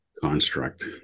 construct